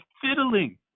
fiddling